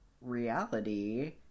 reality